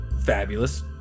fabulous